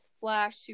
flash